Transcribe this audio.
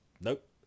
Nope